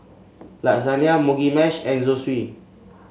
Lasagna Mugi Meshi and Zosui